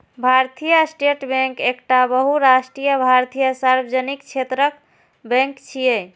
भारतीय state bank एकटा बहुराष्ट्रीय भारतीय सार्वजनिक क्षेत्रक बैंक छियै